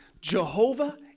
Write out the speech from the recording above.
Jehovah